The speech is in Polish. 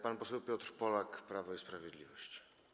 Pan poseł Piotr Polak, Prawo i Sprawiedliwość.